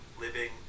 living